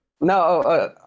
No